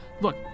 Look